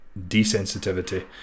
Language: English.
desensitivity